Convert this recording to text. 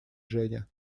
женя